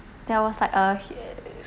there was like a hic~